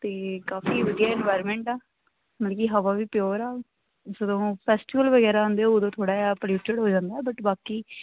ਅਤੇ ਕਾਫੀ ਵਧੀਆ ਇਨਵਾਇਰਮੈਂਟ ਆ ਮਤਲਬ ਕਿ ਹਵਾ ਵੀ ਪਿਓਰ ਆ ਜਦੋਂ ਫੈਸਟੀਵਲ ਵਗੈਰਾ ਆਉਂਦੇ ਆ ਉਦੋਂ ਥੋੜ੍ਹਾ ਜਿਹਾ ਪਲਿਊਟਿਡ ਹੋ ਜਾਂਦਾ ਬਟ ਬਾਕੀ